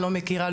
לא מכירה,